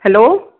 hello